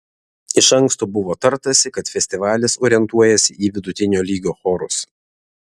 iš anksto buvo tartasi kad festivalis orientuojasi į vidutinio lygio chorus